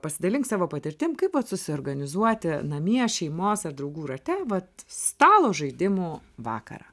pasidalink savo patirtim kaip vat susiorganizuoti namie šeimos ar draugų rate vat stalo žaidimų vakarą